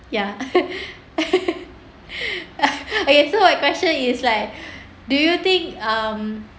ya okay so my question is like do you think um